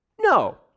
No